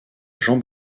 jean